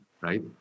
right